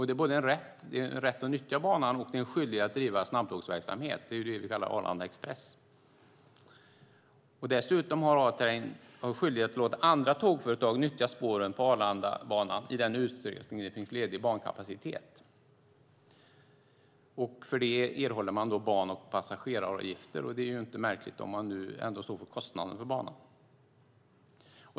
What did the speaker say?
Det är både en rätt att nyttja banan och en skyldighet att driva snabbtågsverksamhet, det vi kallar Arlanda Express. Dessutom har A-train en skyldighet att låta andra tågföretag nyttja spåren på Arlandabanan i den utsträckning som det finns ledig kapacitet. För detta erhåller man ban och passageraravgifter, och det är ju inte märkligt om man står för kostnaderna för banan.